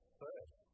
first